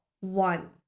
One